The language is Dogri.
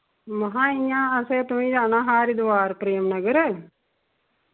महां इ'यां असें तोआईं जाना हा हरिद्वार प्रेम नगर